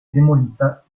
demolita